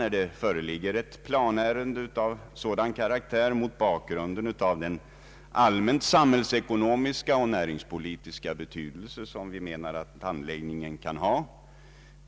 När det föreligger ett planärende av sådan karaktär får vi göra bedömningen mot bakgrund av den allmänt samhällsekonomiska och näringspolitiska betydelse som vi anser att anläggningen kan ha.